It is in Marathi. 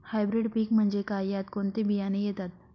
हायब्रीड पीक म्हणजे काय? यात कोणते बियाणे येतात?